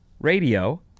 radio